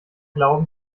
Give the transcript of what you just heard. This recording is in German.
glauben